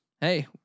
Hey